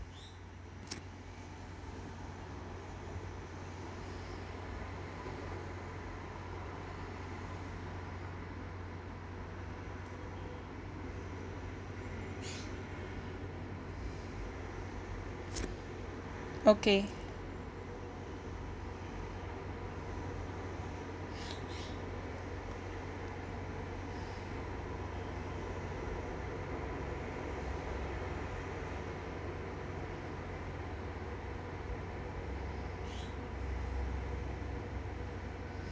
okay